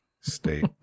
state